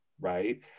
right